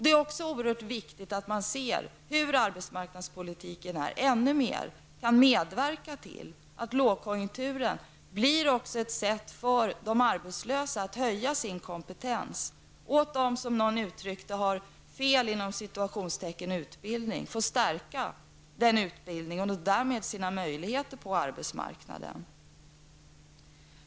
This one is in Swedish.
Det är också oerhört viktigt att man är medveten om hur arbetsmarknadspolitiken ännu mer kan medverka till att lågkonjunkturen också blir ett tillfälle för de arbetslösa att höja sin kompetens och att de som har ''fel'' utbildning får stärka sin utbildning och därmed sina möjligheter på arbetsmarknaden.